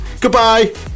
goodbye